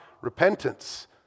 repentance